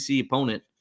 opponent